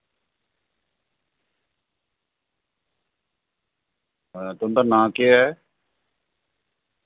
तुंदा नां केह् ऐ